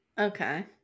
okay